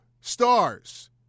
stars